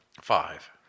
five